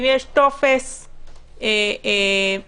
אם יש טופס חסר,